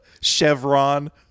Chevron